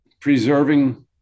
preserving